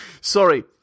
sorry